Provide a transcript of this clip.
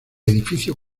edificio